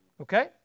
Okay